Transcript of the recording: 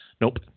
Nope